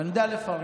ואני יודע לפרגן: